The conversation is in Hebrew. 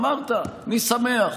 אמרת: אני שמח.